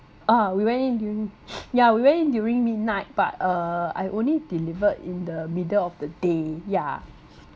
ah we went in dur~ yeah we went in during midnight but uh I only delivered in the middle of the day ya